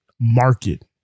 Market